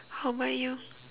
how about you